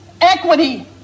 equity